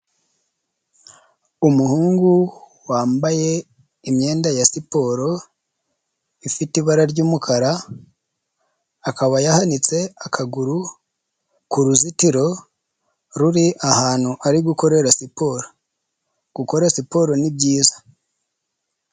Umuhungu wambaye imyenda ya siporo ifite ibara ry'umukara, akaba yahanitse akaguru ku ruzitiro ruri ahantu ari gukorera siporo, gukora siporo ni byiza.